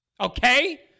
Okay